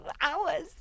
hours